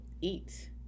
eat